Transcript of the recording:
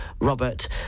Robert